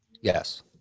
Yes